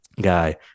guy